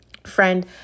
Friend